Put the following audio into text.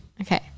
Okay